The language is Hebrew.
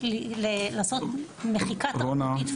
כי בסופו של דבר החומר לא מגיע לארכיון המדינה לא נחשף ולא מגיע לידי